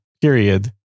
period